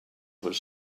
was